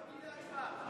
תביא להצבעה.